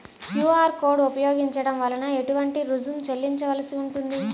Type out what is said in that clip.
QR code ఉపయోగించటం వలన ఏటువంటి రుసుం చెల్లించవలసి ఉంటుంది?